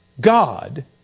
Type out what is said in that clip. God